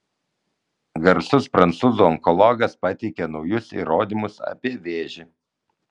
garsus prancūzų onkologas pateikia naujus įrodymus apie vėžį